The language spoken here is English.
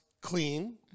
clean